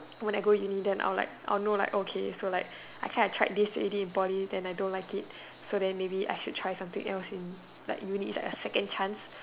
when I go uni then I will like I know like okay so like I kind of tried this already in Poly then I don't like it so then maybe I should try something else in like uni it's like a second chance